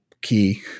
key